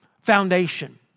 foundation